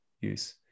use